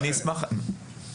אני אשמח להתייחס.